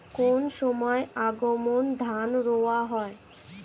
কোন সময় আমন ধান রোয়া হয়?